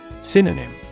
Synonym